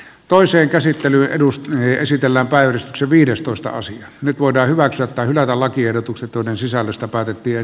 toisen käsittely edusti esitellä päivystyksen viidestoistaosa nyt voidaan hyväksyä tai hylätä lakiehdotukset joiden sisällöstä päätettiin